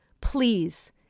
please